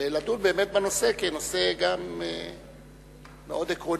ולדון באמת בנושא, כי הנושא גם מאוד עקרוני.